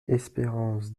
espérance